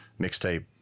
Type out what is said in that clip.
mixtape